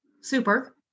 Super